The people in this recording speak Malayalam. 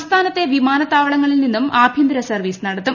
സംസ്ഥാനത്തെ വിമാനത്താവളങ്ങളിൽ നിന്നും ആഭ്യന്തര സർവീസ് നടത്തും